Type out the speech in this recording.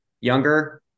younger